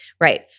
Right